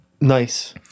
Nice